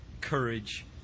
courage